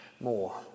more